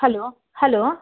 hello hello